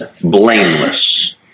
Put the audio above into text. blameless